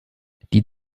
die